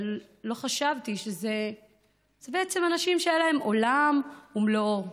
אבל לא חשבתי שאלה אנשים שהיה להם עולם ומלואו.